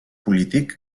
polític